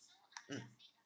mm